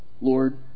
Lord